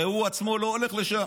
הרי הוא עצמו לא הולך לשם.